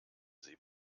sie